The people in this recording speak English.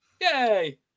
Yay